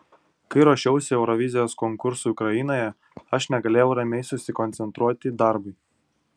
kai ruošiausi eurovizijos konkursui ukrainoje aš negalėjau ramiai susikoncentruoti darbui